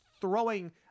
throwing